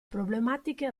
problematiche